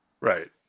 Right